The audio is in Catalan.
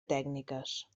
tècniques